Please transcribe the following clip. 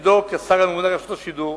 מתפקידו כשר הממונה על רשות השידור,